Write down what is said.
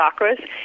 chakras